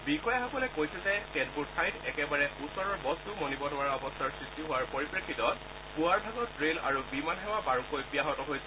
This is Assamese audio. বিষয়াসকলে কৈছে যে কেতবোৰ ঠাইত একেবাৰে ওচৰৰ বস্তুও মনিব নোৱাৰা অৱস্থাৰ সৃষ্টি হোৱাৰ পৰিপ্ৰেক্ষিতত পূৱাৰ ভাগত ৰেল আৰু বিমানসেৱা বাৰুকৈ ব্যাহত হৈছে